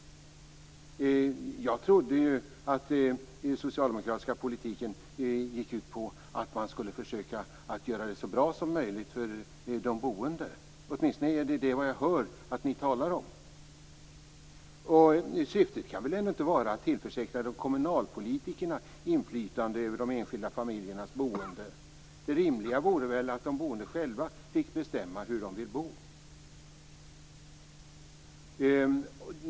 Jag trodde ju att den socialdemokratiska politiken gick ut på att man skulle försöka göra det så bra som möjligt för de boende. Det är åtminstone vad jag hör att ni talar om. Syftet kan väl ändå inte vara att tillförsäkra kommunalpolitikerna inflytande över de enskilda familjernas boende? Det rimliga vore väl att de boende själva fick bestämma hur de vill bo?